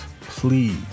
Please